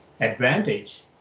advantage